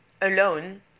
alone